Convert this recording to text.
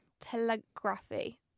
telegraphy